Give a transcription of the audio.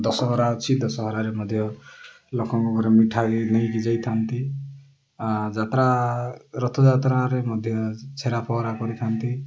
ଦଶହରା ଅଛି ଦଶହରାରେ ମଧ୍ୟ ଲୋକଙ୍କର ମିଠା ନେଇକି ଯାଇଥାନ୍ତି ଯାତ୍ରା ରଥଯାତ୍ରାରେ ମଧ୍ୟ ଛେରା ପହରା କରିଥାନ୍ତି